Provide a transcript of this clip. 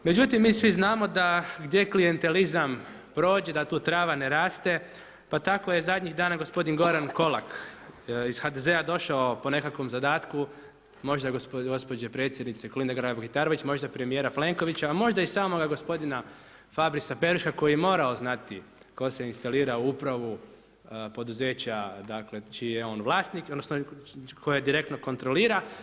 Međutim, mi svi znamo da gdje klijentizam prođe da tu trava ne raste, pa tako je zadnjih dana gospodin Goran Kolak iz HDZ-a došao po nekakvom zadatku, možda od gospođe predsjednice Kolinde Grabar Kitarovića, možda premjera Plenokovića, a možda i samoga gospodina Fabrisa Peruška koji je morao znati tko se instalira u upravu poduzeća čiji je on vlasnik, odnosno, koje direktno kontrolira.